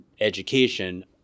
education